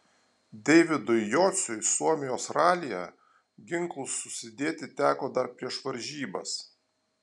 deividui jociui suomijos ralyje ginklus susidėti teko dar prieš varžybas